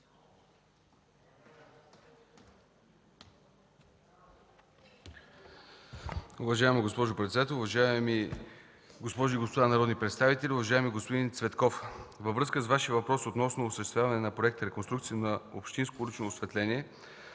Уважаема госпожо председател, уважаеми госпожи и господа народни представители, уважаеми господин Цветков! Във връзка с въпроса Ви относно осъществяване на проект „Реконструкция на общинско улично осветление”,